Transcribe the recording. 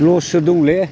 लससो दंलै